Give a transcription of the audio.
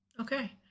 Okay